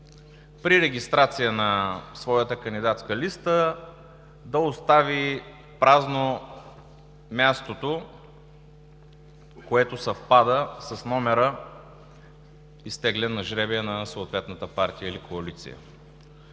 при регистрация на своята кандидатска листа да остави празно мястото, което съвпада с номера, изтеглен на жребия на съответната партия или коалиция.